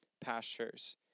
pastures